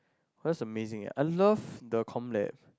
what's amazing yeah I love the com lab